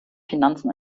finanzen